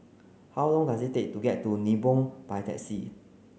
how long does it take to get to Nibong by taxi